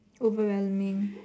overwhelming